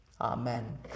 Amen